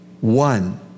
One